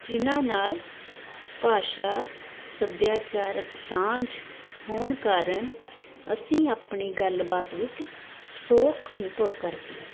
ਜਿਨ੍ਹਾਂ ਨਾਲ ਭਾਸ਼ਾ ਸੱਭਿਆਚਾਰਕ ਸਾਂਝ ਹੋਣ ਕਾਰਣ ਅਸੀਂ ਆਪਣੀ ਗੱਲਬਾਤ ਵਿੱਚ ਸੋਖ ਅਨੁਭਵ ਕਰਦੇ ਹਾਂ